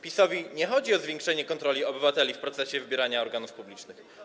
PiS-owi nie chodzi o zwiększenie kontroli obywateli w procesie wybierania organów publicznych.